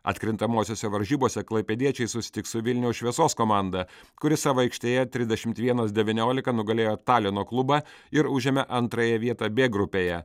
atkrintamosiose varžybose klaipėdiečiai susitiks su vilniaus šviesos komanda kuri savo aikštėje trisdešimt vienas devyniolika nugalėjo talino klubą ir užėmė antrąją vietą b grupėje